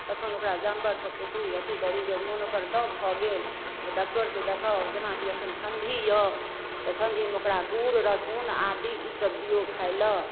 तखन ओकरा जानवरके पोसू अथी करू जब मोन ओकर दब भऽ गेल तऽ डॉक्टरसँ देखाउ जेनाकि एखन ठण्डी यऽ तऽ ठण्डीमे ओकरा गुड़ रसून आदि ई सब दियौ खाइ लए